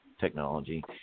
technology